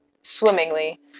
swimmingly